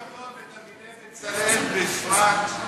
כל הכבוד לתלמידי "בצלאל" בפרט,